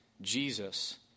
Jesus